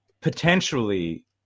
potentially